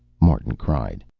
martin cried.